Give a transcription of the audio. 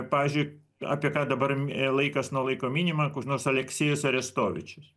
pavyzdžiui apie ką dabar laikas nuo laiko minima koks nors aleksėjus orestovičius